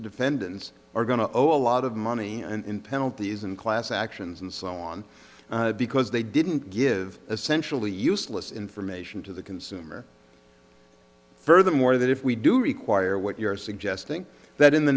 owe a lot of money and penalties and class actions and so on because they didn't give essentially useless information to the consumer furthermore that if we do require what you're suggesting that in the